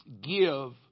give